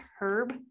Herb